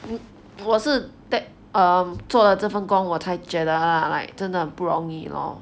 我是做了这份工我才觉得 lah like 真的很不容易 lor